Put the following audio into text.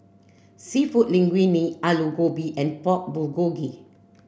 Seafood Linguine Alu Gobi and Pork Bulgogi